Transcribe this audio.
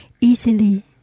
easily